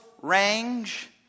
range